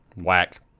whack